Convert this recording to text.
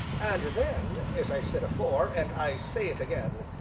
and then, as i said afore and i say it again,